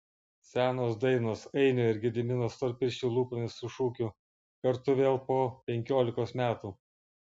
senos dainos ainio ir gedimino storpirščių lūpomis su šūkiu kartu vėl po penkiolikos metų